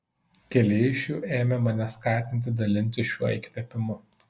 keli iš jų ėmė mane skatinti dalintis šiuo įkvėpimu